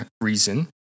reason